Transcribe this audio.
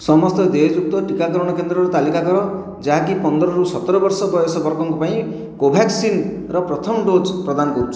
ସମସ୍ତ ଦେୟଯୁକ୍ତ ଟିକାକରଣ କେନ୍ଦ୍ରର ତାଲିକା କର ଯାହାକି ପନ୍ଦର ରୁ ସତର ବର୍ଷ ବୟସ ବର୍ଗଙ୍କ ପାଇଁ କୋଭ୍ୟାକ୍ସିନ୍ ର ପ୍ରଥମ ଡୋଜ୍ ପ୍ରଦାନ କରୁଛି